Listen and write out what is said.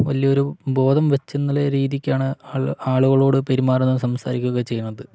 വലിയൊരു ബോധം വെച്ചന്നുള്ള രീതിക്കാണ് ആളുകളോട് പെരുമാറുന്നതും സംസാരിക്കുകയുമൊക്കെ ചെയ്യുന്നത്